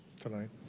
tonight